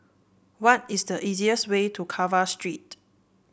what is the easiest way to Carver Street